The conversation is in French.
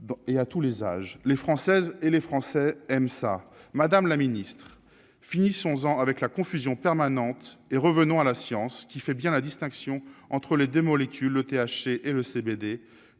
et à tous les âges, les Françaises et les Français aiment ça, madame la Ministre, finissons en avec la confusion permanente et revenons à la science qui fait bien la distinction entre les 2 molécules ETH et le CBD